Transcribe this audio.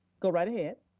go right ahead.